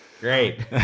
Great